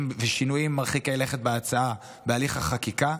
ושינויים מרחיקי לכת בהצעה בהליך החקיקה,